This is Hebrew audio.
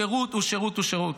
שירות הוא שירות הוא שירות.